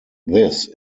this